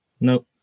No